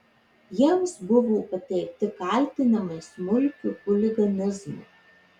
jiems buvo pateikti kaltinimai smulkiu chuliganizmu